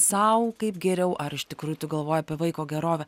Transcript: sau kaip geriau ar iš tikrųjų tu galvoji apie vaiko gerovę